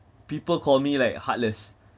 people call me like heartless